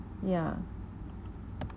ya